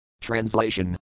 Translation